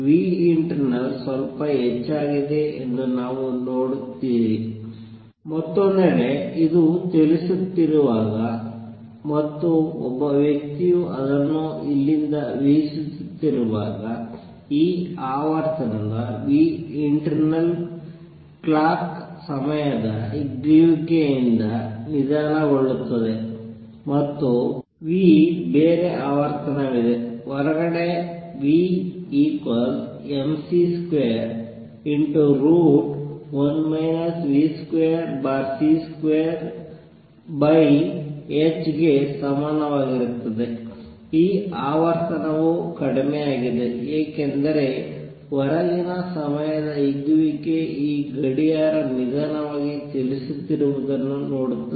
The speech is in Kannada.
internal ಸ್ವಲ್ಪ ಹೆಚ್ಚಾಗಿದೆ ಎಂದು ನೀವು ನೋಡುತ್ತೀರಿ ಮತ್ತೊಂದೆಡೆ ಇದು ಚಲಿಸುತ್ತಿರುವಾಗ ಮತ್ತು ಒಬ್ಬ ವ್ಯಕ್ತಿಯು ಅದನ್ನು ಇಲ್ಲಿಂದ ವೀಕ್ಷಿಸುತ್ತಿರುವಾಗ ಈ ಆವರ್ತನದ internalಇಂಟರ್ನಲ್ ಕ್ಲಾಕ್ ಸಮಯದ ಹಿಗ್ಗುವಿಕೆಯಿಂದ ನಿಧಾನಗೊಳ್ಳುತ್ತದೆ ಮತ್ತು ಬೇರೆ ಆವರ್ತನವಿದೆ ಹೊರಗಡೆ v mc21 v2c2h ಗೆ ಸಮನಾಗಿರುತ್ತದೆ ಈ ಆವರ್ತನವು ಕಡಿಮೆಯಾಗಿದೆ ಏಕೆಂದರೆ ಹೊರಗಿನ ಸಮಯದ ಹಿಗ್ಗುವಿಕೆ ಈ ಗಡಿಯಾರ ನಿಧಾನವಾಗಿ ಚಲಿಸುತ್ತಿರುವುದನ್ನು ನೋಡುತ್ತದೆ